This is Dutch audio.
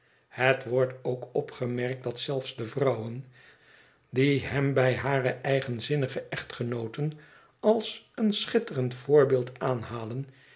het wordt ook opgemerkt dat zelfs de vrouwen die hem bij hare eigenzinnige echtgenooten als een schitterend voorbeeld aanhalen